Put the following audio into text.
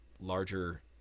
larger